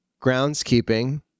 groundskeeping